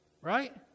Right